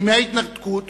בימי ההתנתקות,